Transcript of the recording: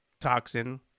toxin